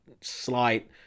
slight